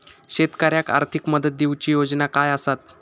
शेतकऱ्याक आर्थिक मदत देऊची योजना काय आसत?